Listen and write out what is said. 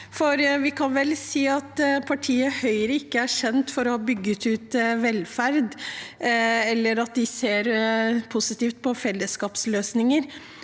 Vi kan vel si at partiet Høyre ikke er kjent for å ha bygget ut velferd, eller at de ser positivt på fellesskapsløsninger.